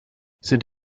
sind